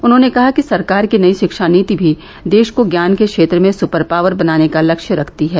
उन्होंने कहा कि सरकार की नई शिक्षा नीति भी देश को ज्ञान के क्षेत्र में सुपर पॉवर बनाने का लक्ष्य रखती है